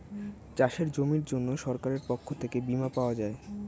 চাষের জমির জন্য সরকারের পক্ষ থেকে বীমা পাওয়া যায়